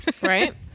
Right